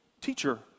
Teacher